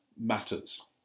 matters